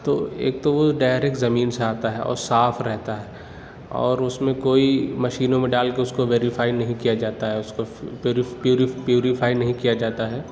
تو ایک تو وہ ڈائریکٹ زمین سے آتا ہے اور صاف رہتا ہے اور اس میں کوئی مشینوں میں ڈال کے اس کو ویریفائی نہیں کیا جاتا ہے اس کو پیورف پیورف پیوریفائی نہیں کیا جاتا ہے